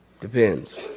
Depends